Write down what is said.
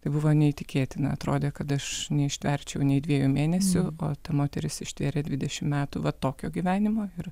tai buvo neįtikėtina atrodė kad aš neištverčiau nei dviejų mėnesių o ta moteris ištvėrė dvidešimt metų va tokio gyvenimo ir